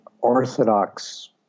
orthodox